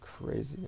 crazy